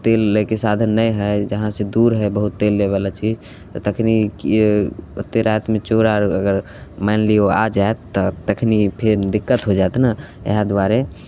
तेल लैके साधन नहि हइ जहाँसे दूर हइ बहुत तेल लेबैले चीज तऽ तखन तऽ ओतेक रातिमे चोर आर अगर मनि लिअऽ आ जाएत तऽ तखन फेर दिक्कत हो जाएत ने इएह दुआरे